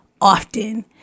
often